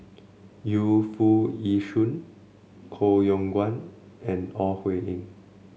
Yu Foo Yee Shoon Koh Yong Guan and Ore Huiying